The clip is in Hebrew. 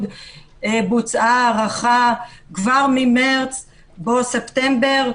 בוצעה הארכה כבר ממרץ עבור לספטמבר,